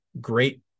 great